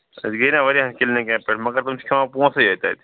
أسۍ گٔے نا وارِیَہَن کِلنِکَن پٮ۪ٹھ مگر تِم چھِ کھٮ۪وان پونسَے یٲتۍ تَتہِ